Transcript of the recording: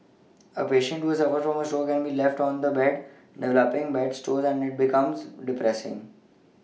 a patient who has suffered a stroke can be left on the bed develoPing bed sores and it becomes depressing